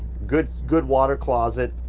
good good water closet.